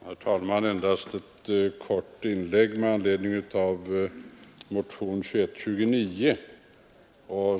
Herr talman! Jag skall endast göra ett kort inlägg med anledning av motionen 2129.